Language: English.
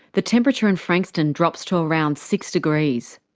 the temperature in frankston drops to around six degrees.